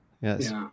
yes